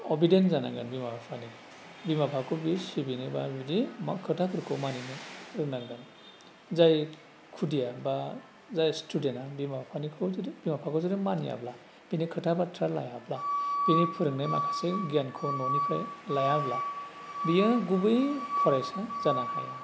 अबिदेन जानांगोन बिमा बिफानि बिमा बिफाखौ बियो सिबिनोबा बिदि मा खोथाफोरखौ मानिनो रोंनांगोन जाय खुदिया बा जाय स्टुडेन्टआ बिमा बिफानिखौ जुदि बिमा बिफाखौ जुदि मानियाबा बिनि खोथा बाथ्रा लायाब्ला बेनि फोरोंनाय माखासे गियानखौ न'निफ्राय लायाब्ला बियो गुबै फरायसा जानो हाया